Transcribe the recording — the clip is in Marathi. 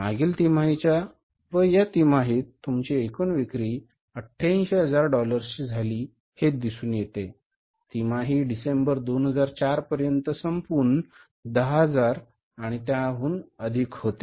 मागील तिमाहीच्या व या तिमाहीत तुमची एकूण विक्री 88000 डॉलर्सची झाली हे दिसून येते तिमाही डिसेंबर 2004 पर्यंत संपून 10000 आणि त्याहून अधिक होते